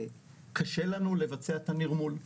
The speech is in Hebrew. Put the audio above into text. קשה לנו לבצע את הנרמול,